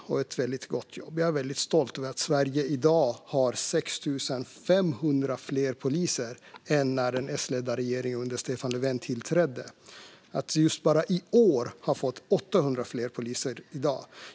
De gör ett väldigt gott jobb, och jag är väldigt stolt över att Sverige i dag har 6 500 fler poliser än när den S-ledda regeringen under Stefan Löfven tillträdde. Bara i år har vi fått 800 fler poliser.